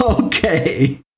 Okay